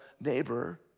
neighbor